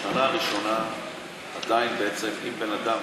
בשנה הראשונה עדיין, בעצם, אם בן אדם